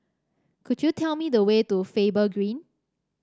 could you tell me the way to Faber Green